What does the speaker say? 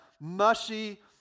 mushy